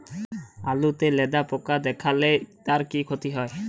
আলুতে লেদা পোকা দেখালে তার কি ক্ষতি হয়?